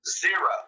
Zero